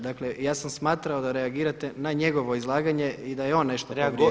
Dakle ja sam smatrao da reagirate na njegovo izlaganje i da je on nešto rekao.